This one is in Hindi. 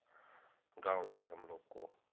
गाँव से हम लोगों को